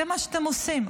זה מה שאתם עושים,